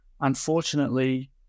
unfortunately